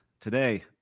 today